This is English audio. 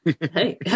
Hey